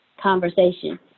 conversation